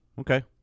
okay